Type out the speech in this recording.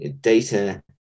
data